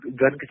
gun